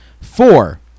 Four